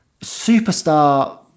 superstar